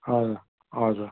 हजुर हजुर